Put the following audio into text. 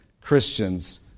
Christians